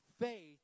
faith